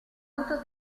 avuto